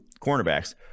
cornerbacks